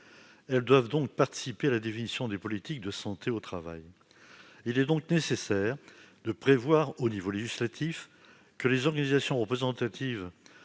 Celles-ci doivent participer à la définition des politiques de santé au travail. Il est donc nécessaire de prévoir, au niveau législatif, que les organisations représentatives